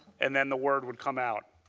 and then the word would come out.